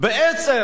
בעצם,